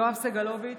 יואב סגלוביץ'